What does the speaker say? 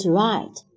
right